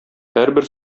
һәрбер